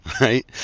right